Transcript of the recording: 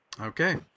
Okay